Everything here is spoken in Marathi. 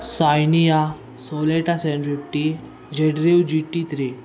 सायनिया सोलेटा सेंड्रिपिटी झेडरीव जी टी थ्री